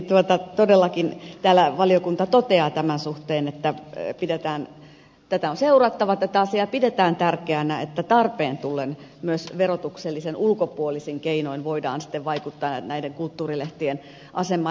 eli todellakin täällä valiokunta toteaa tämän suhteen että tätä asiaa on seurattava ja pidetään tärkeänä että tarpeen tullen myös verotuksen ulkopuolisin keinoin voidaan sitten vaikuttaa näiden kulttuurilehtien asemaan